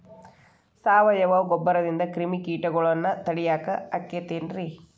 ಸಾವಯವ ಗೊಬ್ಬರದಿಂದ ಕ್ರಿಮಿಕೇಟಗೊಳ್ನ ತಡಿಯಾಕ ಆಕ್ಕೆತಿ ರೇ?